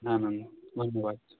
হ্যাঁ ম্যাম ধন্যবাদ